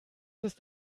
ist